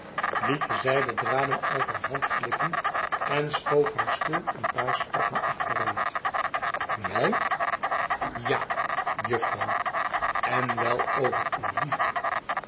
lillerton het de zijden draden uit haar hand glippen en schoof haar stoel een paar stappen achteruit mij ja juffrouw en wel over uw liefde